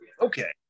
Okay